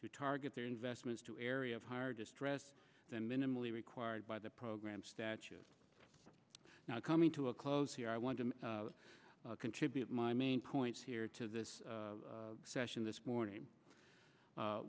to target their investments to area of higher distress than minimally required by the program statute now coming to a close here i want to contribute my main points here to this session this morning